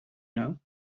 know